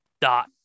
dot